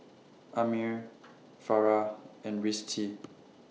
Ammir Farah and Rizqi